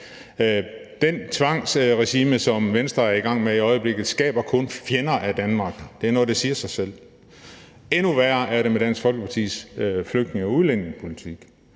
Det tvangsregime, som Venstre er i gang med i øjeblikket, skaber kun fjender af Danmark. Det er noget, der siger sig selv. Endnu værre er det med Dansk Folkepartis flygtninge- og udlændingepolitik.